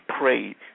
prayed